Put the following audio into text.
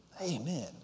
Amen